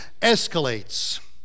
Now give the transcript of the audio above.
escalates